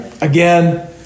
again